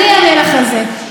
אני אענה לך על זה.